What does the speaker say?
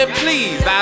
please